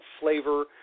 flavor